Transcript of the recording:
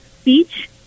speech